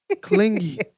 Clingy